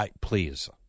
please